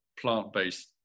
plant-based